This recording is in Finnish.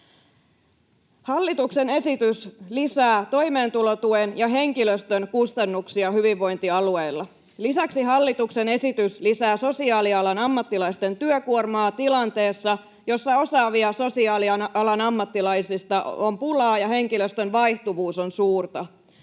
”Hallituksen esitys lisää toimeentulotuen ja henkilöstön kustannuksia hyvinvointialueilla. Lisäksi hallituksen esitys lisää sosiaalialan ammattilaisten työkuormaa tilanteessa, jossa osaavista sosiaalialan ammattilaisista on pulaa ja henkilöstön vaihtuvuus on suurta.